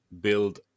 build